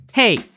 Hey